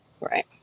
Right